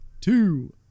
two